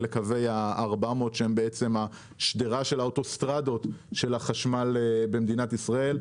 קווי ה-400 שהם שדרת האוטוסטרדות של החשמל במדינת ישראל.